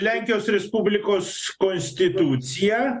lenkijos respublikos konstitucija